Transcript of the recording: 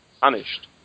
punished